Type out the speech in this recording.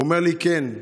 הוא אמר לי: כן.